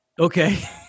Okay